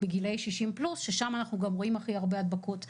בגילאי 60 פלוס ששם אנחנו גם רואים הכי הרבה הדבקות.